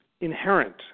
inherent